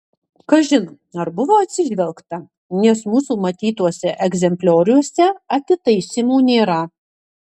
kažin ar buvo atsižvelgta nes mūsų matytuose egzemplioriuose atitaisymų nėra